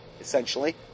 essentially